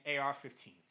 AR-15s